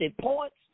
points